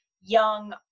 young